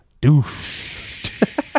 Douche